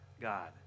God